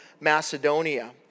Macedonia